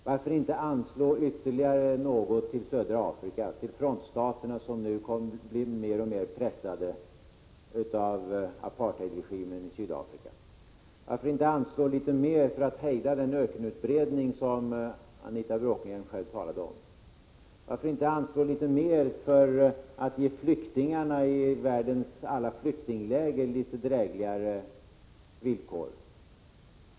Varför inte anslå ytterligare något till södra Afrika, till frontstaterna som nu blir mer och mer pressade av apartheid-regimen i Sydafrika? Varför inte anslå litet mer för att hejda den ökenutbredning som Anita Bråkenhielm själv talar om? Varför inte anslå litet mer för att hjälpa flyktingarna i världens alla flyktingläger att få litet drägligare villkor?